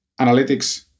analytics